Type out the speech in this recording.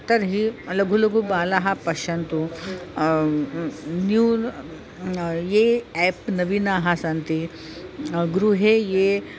तर्हि लघु लघु बालाः पश्यन्तु न्यू ये एप् नवीनाः सन्ति गृहे ये